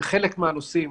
בחלק מהנושאים